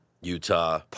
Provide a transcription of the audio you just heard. Utah